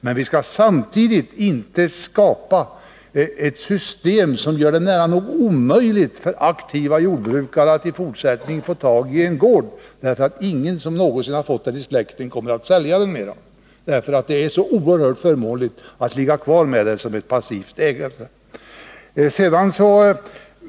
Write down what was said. Men vi skall samtidigt inte skapa ett system som gör det nära nog omöjligt för aktiva jordbrukare att i fortsättningen få tag i en gård, därför att ingen som har fått en gård i släkten någonsin kommer att sälja den längre, på grund av att det är så oerhört förmånligt att ligga kvar med ett passivt ägande.